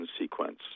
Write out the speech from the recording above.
sequence